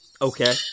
Okay